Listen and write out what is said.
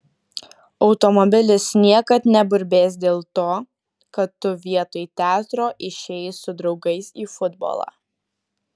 automobilis niekad neburbės dėl to kad tu vietoj teatro išėjai su draugais į futbolą